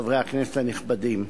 חברי כנסת נכבדים,